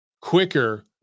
quicker